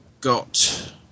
got